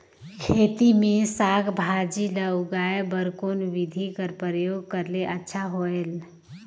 खेती मे साक भाजी ल उगाय बर कोन बिधी कर प्रयोग करले अच्छा होयल?